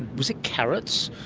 was it carrots.